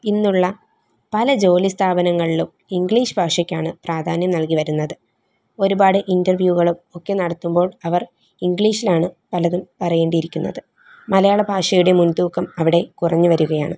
ഇന്നുള്ള പല ജോലി സ്ഥാപനങ്ങളിലും ഇംഗ്ലീഷ് ഭാഷയ്ക്കാണ് പ്രാധാന്യം നൽകി വരുന്നത് ഒരുപാട് ഇൻ്റർവ്യൂകളും ഒക്കെ നടത്തുമ്പോൾ അവർ ഇംഗ്ലീഷിലാണ് പലതും പറയേണ്ടി ഇരിക്കുന്നത് മലയാള ഭാഷയുടെ മുൻതൂക്കം അവിടെ കുറഞ്ഞു വരികയാണ്